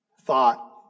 Thought